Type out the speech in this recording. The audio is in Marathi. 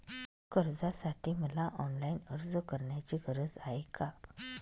कर्जासाठी मला ऑनलाईन अर्ज करण्याची गरज आहे का?